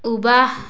उबाह